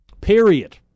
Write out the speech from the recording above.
Period